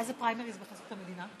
מה זה פריימריז בחסות המדינה?